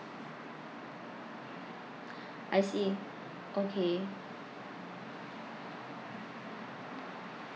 I see okay